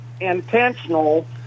intentional